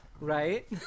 Right